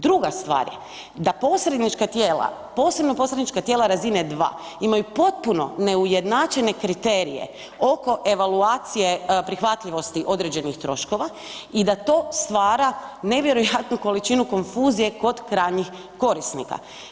Druga stvar je da posrednička tijela posebno posrednička tijela razine 2 imaju potpuno neujednačene kriterije oko evaluacije prihvatljivosti određenih troškova i da to stvara nevjerojatnu količinu konfuzije kod krajnjih korisnika.